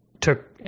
took